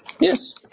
Yes